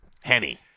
Henny